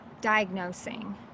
diagnosing